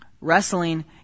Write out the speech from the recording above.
wrestling